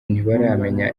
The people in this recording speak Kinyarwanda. ntibaramenya